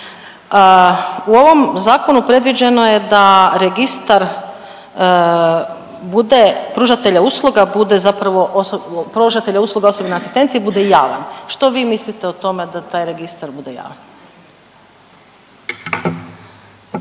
bude zapravo, pružatelja usluga osobne asistencije bude javan. Što vi mislite o tome da taj registar bude javan?